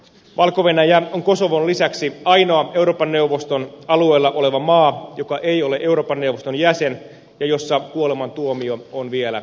valko venäjä on kosovon lisäksi ainoa euroopan neuvoston alueella oleva maa joka ei ole euroopan neuvoston jäsen ja jossa kuolemantuomio on vielä voimassa